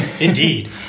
Indeed